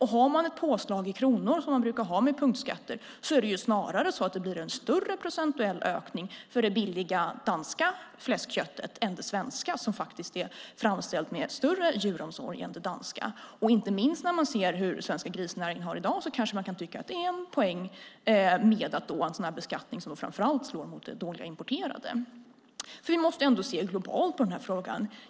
Har man ett påslag i kronor, som man brukar ha med punktskatter, blir det snarare en större procentuell ökning för det billiga danska fläskköttet än det svenska, som faktiskt är framställt med större djuromsorg än det danska. Och inte minst när man ser hur den svenska grisnäringen har det i dag kanske man kan tycka att det är en poäng med en sådan här beskattning, som framför allt slår mot det dåliga importerade. Vi måste se globalt på den här frågan.